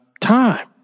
time